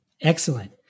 Excellent